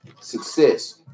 success